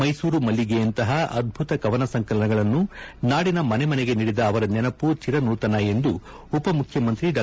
ಮೈಸೂರು ಮಲ್ಲಿಗೆಯಂತಹ ಅದ್ದುತ ಕವನ ಸಂಕಲನಗಳನ್ನು ನಾಡಿನ ಮನೆಮನೆಗೆ ನೀಡಿದ ಅವರ ನೆನಪು ಚಿರನೂತನ ಎಂದು ಉಪಮುಖ್ಯಮಂತ್ರಿ ಡಾ